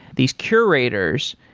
these curators,